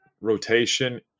rotation